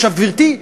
עכשיו, גברתי,